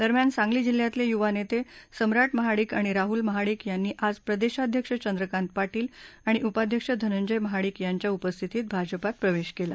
दरम्यान सांगली जिल्ह्यातले युवा नेते सम्राट महाडिक आणि राहूल महाडिक यांनी आज प्रदेशाध्यक्ष चंद्रकांत पाटील आणि उपाध्यक्ष धनंजय महाडिक यांच्या उपस्थितीत भाजपात प्रवेश केला